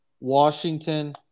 Washington